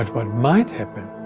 what might happen,